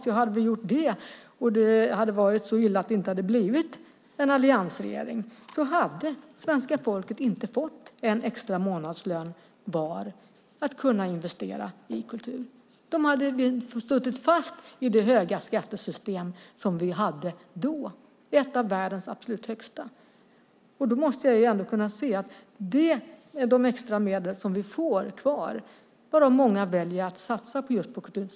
Om vi hade gjort det, och det hade varit så illa att det inte blev en alliansregering, hade svenska folket inte fått en extra månadslön vardera att investera i kultur. De hade suttit fast i det höga skattesystem som vi hade då. Det var ett av världens absolut högsta skattesystem. Då måste jag kunna säga att det här är de extra medel vi får kvar, varav många väljer att satsa på kultur.